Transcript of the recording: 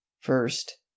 First